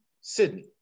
Sydney